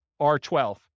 R12